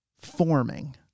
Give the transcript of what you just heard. forming